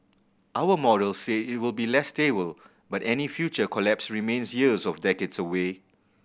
our models say it will be less stable but any future collapse remains years of decades away